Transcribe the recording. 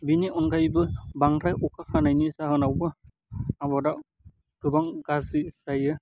बेनि अनगायैबो बांद्राय अखा हानायनि जाहोनावबो आबादा गोबां गाज्रि जायो